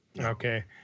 Okay